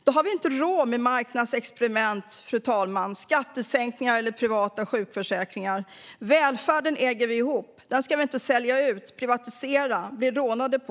Då har vi, fru talman, inte råd med marknadsexperiment, skattesänkningar eller privata sjukförsäkringar. Välfärden äger vi tillsammans. Den ska vi inte sälja ut, privatisera eller bli rånade på.